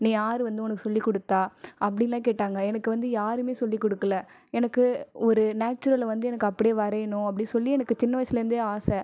நீ யார் வந்து ஒனக்கு சொல்லி கொடுத்தா அப்டின்லாம் கேட்டாங்க எனக்கு வந்து யாருமே சொல்லி கொடுக்குல எனக்கு ஒரு நேச்சுரல் வந்து எனக்கு அப்டியே வரையின்னு அப்படி சொல்லி எனக்கு சின்ன வயசுலேந்தே ஆசை